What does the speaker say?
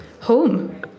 home